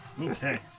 Okay